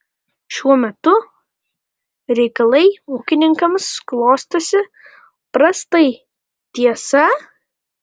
šiuo metu reikalai ūkininkams klostosi prastai tiesa